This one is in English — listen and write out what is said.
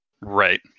Right